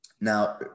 Now